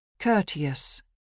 courteous